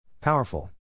Powerful